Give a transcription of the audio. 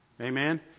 Amen